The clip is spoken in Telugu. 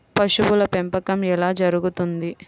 పశువుల పెంపకం ఎలా జరుగుతుంది?